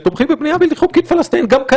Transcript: ותומכים בבנייה לא חוקית פלסטינית.